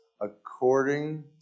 according